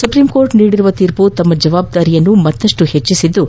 supreme court ನೀಡಿರುವ ತೀರ್ಮ ತಮ್ಮ ಜವಾಬ್ದಾರಿಯನ್ನು ಹೆಚ್ಚಿಸಿದ್ದು